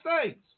States